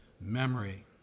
memory